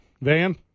Van